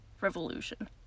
revolution